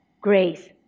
grace